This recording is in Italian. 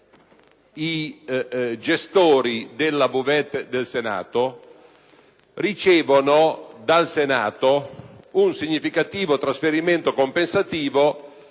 i gestori della buvette del Senato ricevono dal Senato stesso un significativo trasferimento compensativo